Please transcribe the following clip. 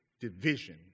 division